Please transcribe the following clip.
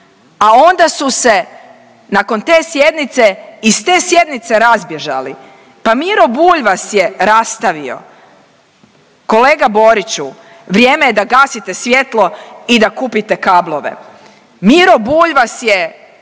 a onda su se nakon te sjednice i s te sjednice razbježali. Pa Miro Bulj vas je rastavio. Kolega Boriću vrijeme je da gasite svjetlo i da kupite kablove. Miro Bulj vas je